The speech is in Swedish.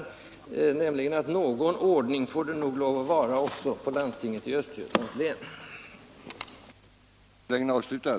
Informeras de värnpliktiga om riskerna med denna materiel och vad som kan inträffa därest den aktuella materielen missbrukas så som nu skett?